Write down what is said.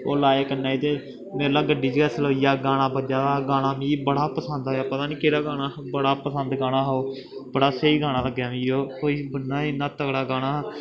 ओह् लाए कन्नै इ ते मेरे कोला गड्डी च गै सलोई गेआ गाना बज्जा दा हा गाना मिगी बड़ा पसंद आया पता निं केह्ड़ा गाना हा बड़ा पसंद गाना हा ओह् बड़ा स्हेई गाना लग्गेआ मिगी ओह् इन्ना तगड़ा गाना हा